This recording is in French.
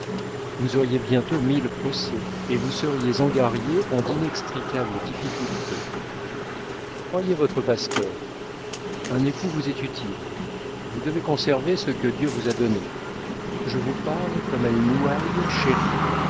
vous auriez bientôt mille procès et vous seriez engarriée en d'inextricables difficultés croyez votre pasteur un époux vous est utile vous devez conserver ce que dieu vous a donné je vous parle comme à une ouaille chérie